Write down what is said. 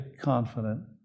confident